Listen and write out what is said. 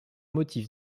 motif